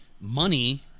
money